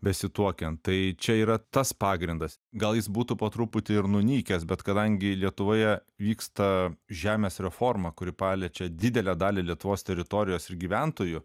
besituokiant tai čia yra tas pagrindas gal jis būtų po truputį ir nunykęs bet kadangi lietuvoje vyksta žemės reforma kuri paliečia didelę dalį lietuvos teritorijos ir gyventojų